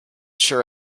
sure